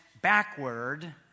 backward